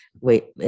wait